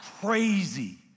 crazy